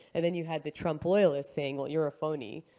and then you had the trump loyalists saying, well, you're a phony.